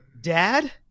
Dad